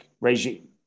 regime